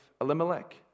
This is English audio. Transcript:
Elimelech